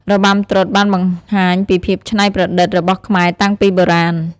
របាំត្រុដិបានបង្ហាញពីភាពច្នៃប្រឌិតរបស់ខ្មែរតាំងពីបុរាណ។